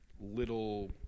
little